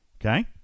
okay